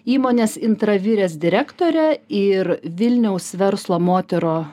įmonės intravirės direktorė ir vilniaus verslo moterų